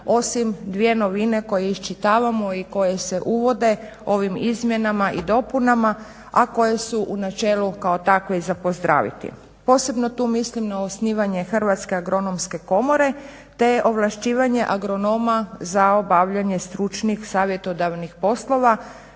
osim dvije novine koje iščitavamo i koje se uvode ovim izmjenama i dopunama a koje su u načelu kao takve i za pozdraviti. Posebno tu mislim na osnivanje Hrvatske agronomske komore te ovlašćivanje agronoma za obavljanje stručnih savjetodavnih poslova